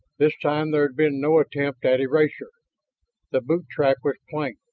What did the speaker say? this time there had been no attempt at erasure the boot track was plain.